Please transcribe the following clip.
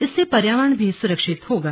इससे पर्यावरण भी सुरक्षित होगा